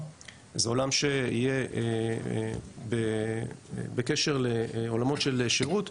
זה עולם שיהיה בקשר לעולמות של שירות.